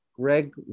Greg